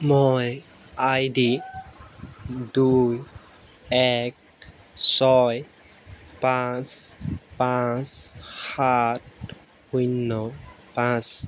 মই আইডি দুই এক ছয় পাঁচ পাঁচ সাত শূন্য পাঁচ